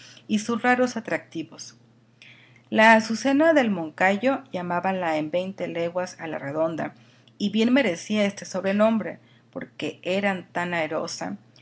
y sus raros atractivos la azucena del moncayo llamábanla en veinte leguas a la redonda y bien merecía este sobrenombre porque eran tan airosa